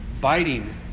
biting